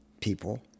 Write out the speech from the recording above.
people